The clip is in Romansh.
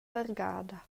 vargada